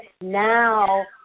now